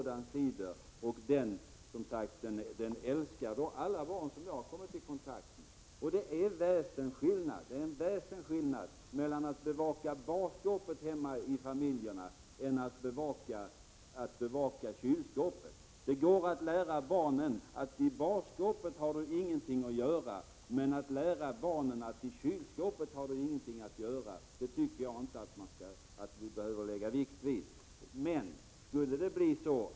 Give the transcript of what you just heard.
Den cider som jag talade om älskar då alla barn som jag har kommit i kontakt med. Det är en väsensskillnad mellan att bevaka barskåpet hemma och att bevaka kylskåpet. Det går att lära barnen att inte ha någonting att göra med barskåpet, men att lära barnen att inte ha någonting att göra med kylskåpet går inte.